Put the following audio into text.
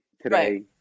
today